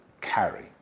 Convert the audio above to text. carry